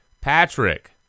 Patrick